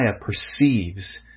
perceives